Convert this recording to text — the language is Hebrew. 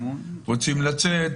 רוצים לצאת,